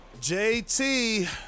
JT